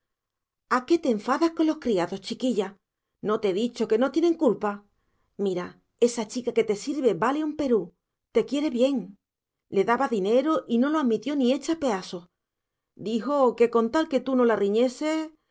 a qué te enfadas con los criados chiquilla no te he dicho que no tienen culpa mira esa chica que te sirve vale un perú te quiere bien le daba dinero y no lo admitió ni hecha peazos dijo que con tal que tú no la riñeses